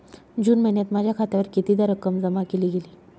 जून महिन्यात माझ्या खात्यावर कितीदा रक्कम जमा केली गेली?